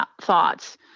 thoughts